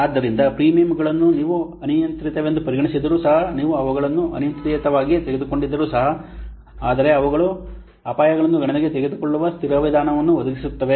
ಆದ್ದರಿಂದ ಪ್ರೀಮಿಯಂಗಳನ್ನು ನೀವು ಅನಿಯಂತ್ರಿತವೆಂದು ಪರಿಗಣಿಸಿದರೂ ಸಹ ನೀವು ಅವುಗಳನ್ನು ಅನಿಯಂತ್ರಿತವಾಗಿ ತೆಗೆದುಕೊಂಡಿದ್ದರೂ ಸಹ ಆದರೆ ಅವುಗಳು ಅಪಾಯಗಳನ್ನು ಗಣನೆಗೆ ತೆಗೆದುಕೊಳ್ಳುವ ಸ್ಥಿರ ವಿಧಾನವನ್ನು ಒದಗಿಸುತ್ತವೆ